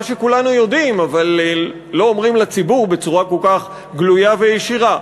שכולנו יודעים אבל לא אומרים לציבור בצורה כל כך גלויה וישירה,